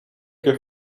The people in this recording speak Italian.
che